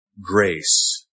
grace